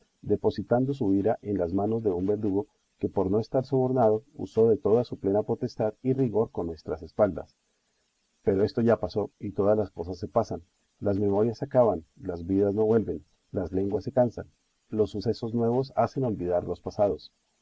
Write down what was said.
depositando su ira en las manos de un verdugo que por no estar sobornado usó de toda su plena potestad y rigor con nuestras espaldas pero esto ya pasó y todas las cosas se pasan las memorias se acaban las vidas no vuelven las lenguas se cansan los sucesos nuevos hacen olvidar los pasados